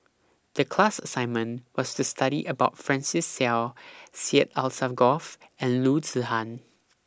The class assignment was to study about Francis Seow Syed Alsagoff and Loo Zihan